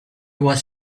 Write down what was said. was